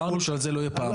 אמרנו שעל זה לא יהיה פעמיים.